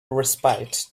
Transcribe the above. respite